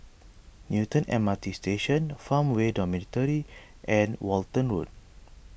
Newton M R T Station Farmway Dormitory and Walton Road